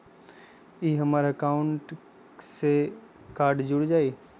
ई हमर अकाउंट से कार्ड जुर जाई?